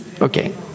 Okay